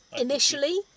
initially